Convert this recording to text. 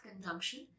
conjunction